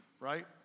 right